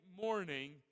morning